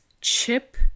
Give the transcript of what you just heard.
chip